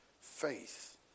faith